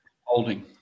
holding